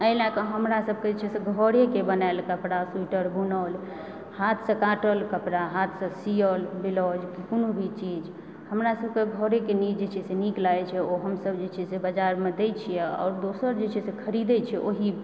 एहि लए कऽ हमरा सबकेँ जे छै से घरेके बनाएल कपड़ा स्वेटर बुनल हाथसंँ काटल कपड़ा हाथसंँ सीअल ब्लाउज कोनो भी चीज हमरा सबकेँ घरेके जे छै से नीक लागए छै ओ हमसभ जे छै बाजारमे दए छियै आओर ओ दोसर जे छै से खरीदय छै ओहि